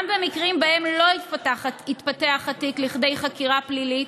גם במקרים שבהם לא התפתח התיק לכדי חקירה פלילית